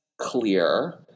clear